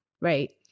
right